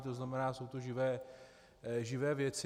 To znamená, jsou to živé věci.